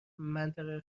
منطقه